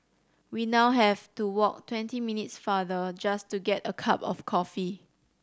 we now have to walk twenty minutes farther just to get a cup of coffee